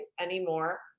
anymore